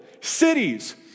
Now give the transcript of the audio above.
cities